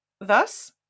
Thus